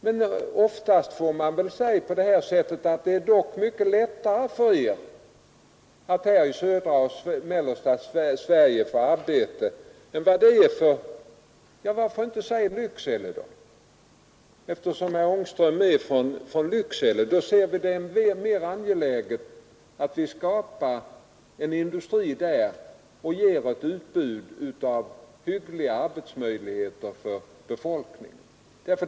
Men oftast får man väl då säga till folk att det är dock mycket lättare för er i södra och mellersta Sverige att få arbete än det är för folk i, ja varför inte säga Lycksele eftersom herr Ångström bor där. Vi ser det mer angeläget att skapa en industri där och ge ett utbud av hyggliga arbetsmöjligheter för befolkningen.